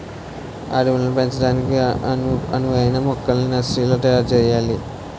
అడవుల్ని పెంచడానికి అనువైన మొక్కల్ని నర్సరీలో తయారు సెయ్యాలి